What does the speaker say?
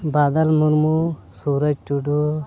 Badal Murmu Suraj Tudu